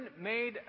made